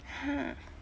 !huh!